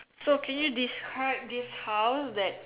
so can you describe this house that